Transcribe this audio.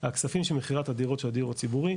הכספים של מכירת הדירות של הדיור הציבורי,